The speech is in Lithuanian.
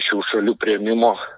šių šalių priėmimo